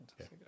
Okay